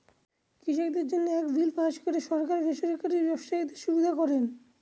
কৃষকদের জন্য এক বিল পাস করে সরকার বেসরকারি ব্যবসায়ীদের সুবিধা করেন